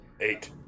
Eight